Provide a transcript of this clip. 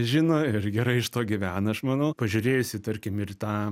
žino ir gerai iš to gyvena aš manau pažiūrėjus į tarkim ir į tą